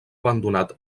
abandonat